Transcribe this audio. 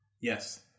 Yes